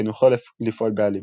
וחינוכו לפעול באלימות.